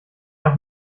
doch